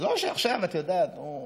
אז זה לא שעכשיו, את יודעת, הוא,